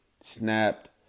snapped